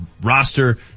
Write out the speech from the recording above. roster